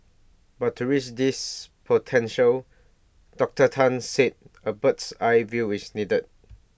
but to reach this potential Doctor Tan said A bird's eye view is needed